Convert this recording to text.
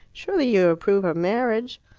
surely you approve of marriage?